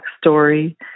story